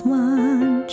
one